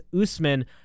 Usman